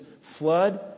flood